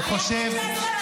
הוא חושב,